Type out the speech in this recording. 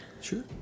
Sure